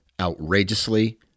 outrageously